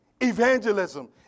Evangelism